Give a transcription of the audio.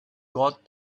got